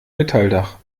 metalldach